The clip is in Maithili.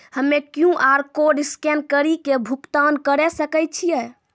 हम्मय क्यू.आर कोड स्कैन कड़ी के भुगतान करें सकय छियै?